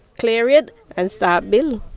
clear it and start building.